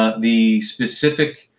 ah the specific